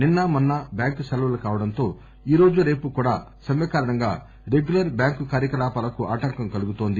నిన్స మొన్స బ్యాంకు సెలవులు కావడంతో ఈరోజు రేపు కూడా సమ్మె కారణంగా రెగ్యులర్ బ్యాంకు కార్యకలాపాలకు ఆటంకం కలిగింది